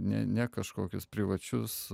ne ne kažkokius privačius